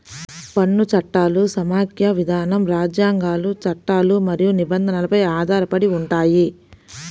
పన్ను చట్టాలు సమాఖ్య విధానం, రాజ్యాంగాలు, చట్టాలు మరియు నిబంధనలపై ఆధారపడి ఉంటాయి